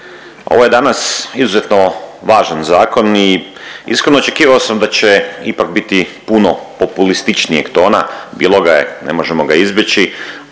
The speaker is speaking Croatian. Ovo je danas izuzetno važan zakon i iskreno očekivao sam da će ipak biti puno populističnijeg tona, bilo ga je, ne možemo ga izbjeći